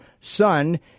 son